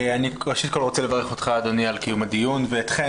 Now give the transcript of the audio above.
ראשית כל אני רוצה לברך אותך אדוני על קיום הדיון ואתכן,